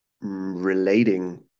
relating